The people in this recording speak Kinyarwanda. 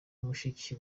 mushiki